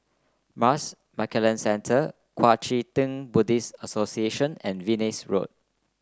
Marsh and McLennan Centre Kuang Chee Tng Buddhist Association and Venus Road